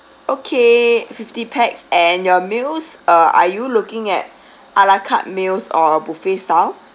okay fifty pax and your meals uh are you looking at ala carte meals or buffet style